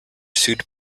sued